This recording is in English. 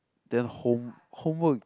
then home homework